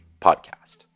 podcast